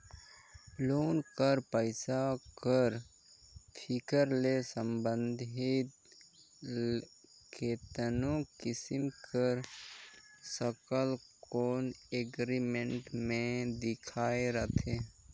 loan कर पइसा कर फिराए ले संबंधित केतनो किसिम कर सरल लोन एग्रीमेंट में लिखाए रहथे